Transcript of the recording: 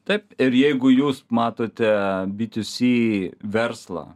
taip ir jeigu jūs matote bitiusy verslą